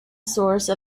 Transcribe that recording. source